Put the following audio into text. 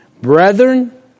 Brethren